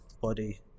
body